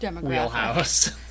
wheelhouse